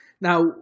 Now